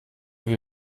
wie